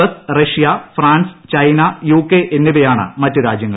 S Russia France China UK എന്നിവയാണ് മറ്റു രാജ്യങ്ങൾ